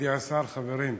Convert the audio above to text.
מכובדי השר, חברים,